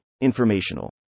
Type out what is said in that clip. Informational